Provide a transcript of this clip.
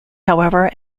however